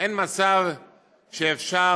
אין מצב שאפשר